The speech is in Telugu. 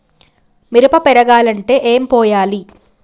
మిరప పెరగాలంటే ఏం పోయాలి?